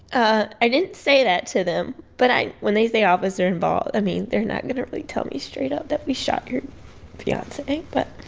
ah i didn't say that to them. but i when they say officer involved, i mean, they're not going to really tell me straight up that we shot your fiance. but